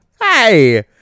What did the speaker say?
Hey